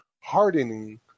hardening